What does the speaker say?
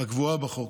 הקבועה בחוק,